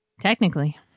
technically